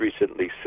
recently